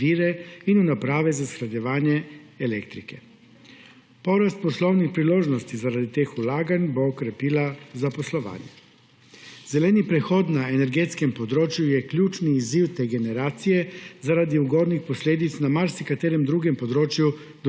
vire in v naprave za shranjevanje elektrike. Porast poslovnih priložnosti zaradi teh vlaganj bo okrepil zaposlovanje. Zeleni prehod na energetskem področju je ključni izziv te generacije zaradi ugodnih posledic na marsikaterem drugem področju